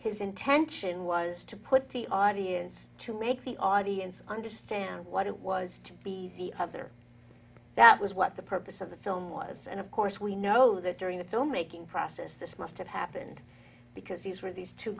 his intention was to put the audience to make the audience understand what it was to be the other that was what the purpose of the film was and of course we know that during the filmmaking process this must have happened because these were these